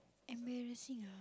embarrassing ah